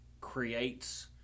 creates